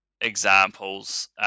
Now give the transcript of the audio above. examples